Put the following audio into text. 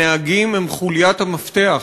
הנהגים הם חוליית המפתח,